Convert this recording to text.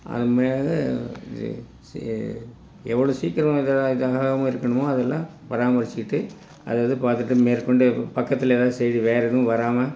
அது போக இது எவ்வளோ சீக்கிரம் இதாக இதாகாமல் இருக்கணுமோ அதெல்லாம் பராமரிச்சுக்கிட்டு அது அது பார்த்துட்டு மேற்கொண்டு பக்கத்தில் ஏதாவது சைடு வேறு எதுவும் வராமல்